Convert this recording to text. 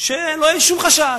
לא יהיה שום חשש,